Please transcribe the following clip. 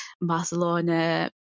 Barcelona